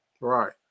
Right